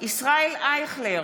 ישראל אייכלר,